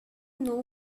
know